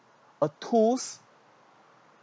a tools